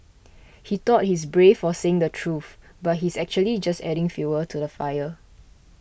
he thought he's brave for saying the truth but he's actually just adding fuel to the fire